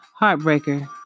Heartbreaker